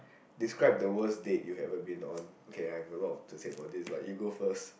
describe the worst dates you have ever been on okay I have a lot to say about this but you go first